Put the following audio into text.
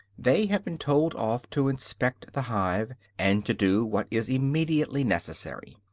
they have been told off to inspect the hive, and to do what is immediately necessary.